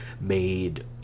made